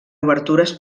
obertures